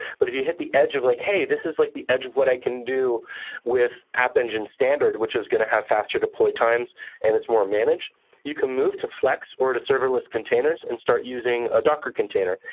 but if you hit the edge of, like, hey, this is like the edge of what i can do with app engine standard which is going to have faster deploy times and it's more managed you can move to flex or to serverless containers and start using a docker container,